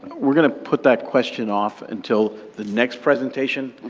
we're going to put that question off until the next presentation,